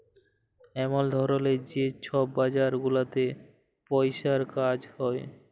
এমল ধরলের যে ছব বাজার গুলাতে পইসার কাজ হ্যয়